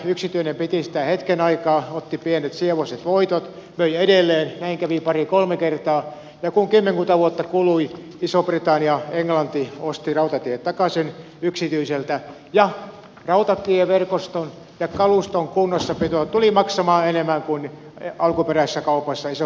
yksityinen piti sitä hetken aikaa otti pienet sievoiset voitot myi edelleen näin kävi pari kolme kertaa ja kun kymmenkunta vuotta kului iso britannia englanti osti rautatiet takaisin yksityiseltä ja rautatieverkoston ja kaluston kunnossapito tuli maksamaan enemmän kuin alkuperäisessä kaupassa iso britannia hyötyi